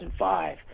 2005